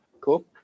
Cool